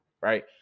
Right